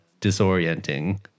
disorienting